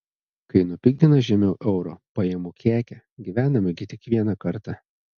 kai nupigina žemiau euro paimu kekę gyvename gi tik vieną kartą